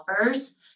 offers